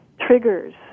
triggers